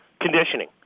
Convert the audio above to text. Conditioning